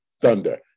Thunder